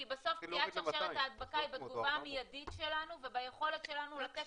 כי בסוף קטיעת שרשרת ההדבקה היא בתגובה המיידית שלנו וביכולת שלנו לתת